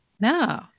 No